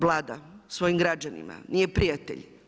Vlada, svojim građanima nije prijatelj.